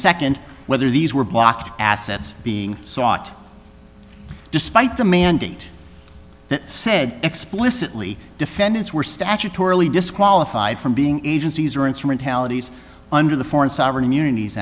second whether these were blocked assets being sought despite the mandate that said explicitly defendants were statutorily disqualified from being agencies or instrumentalities under the foreign sovereign immunit